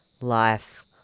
life